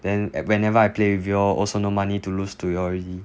then whenever I play with you all also no money to lose to you all already